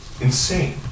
insane